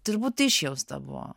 turbūt tai išjausta buvo